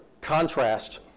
contrast